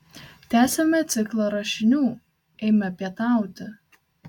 tęsiame ciklą rašinių eime pietauti